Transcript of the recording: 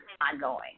ongoing